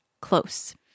close